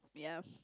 ya